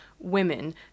women